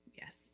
Yes